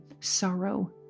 sorrow